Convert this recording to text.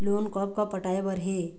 Loan कब कब पटाए बर हे?